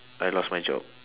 I lost my job